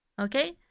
Okay